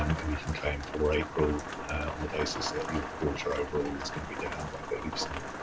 um and you can claim for april on the basis that your quarter overall is gonna be down by thirty.